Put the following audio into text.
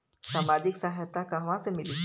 सामाजिक सहायता कहवा से मिली?